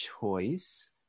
choice